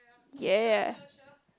yeah yeah